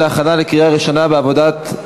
והבטחת הכנסה עקב השתתפות בפעילות חבלנית נגד מדינת ישראל,